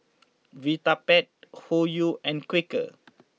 Vitapet Hoyu and Quaker